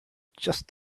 just